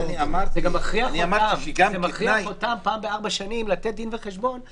זה גם מכריח אותם לתת דין וחשבון פעם בארבע שנים,